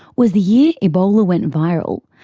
was the year ebola went viral,